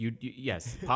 yes